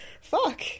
Fuck